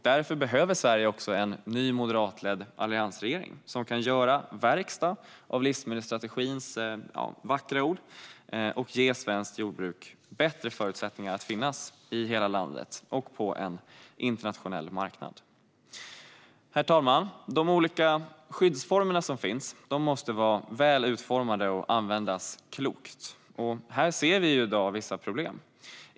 Därför behöver Sverige en ny moderatledd alliansregering som kan göra verkstad av livsmedelsstrategins vackra ord och ge svenskt jordbruk bättre förutsättningar att finnas i hela landet och på en internationell marknad. Herr talman! De olika skyddsformer som finns måste vara väl utformade och användas klokt. Här ser vi i dag vissa problem.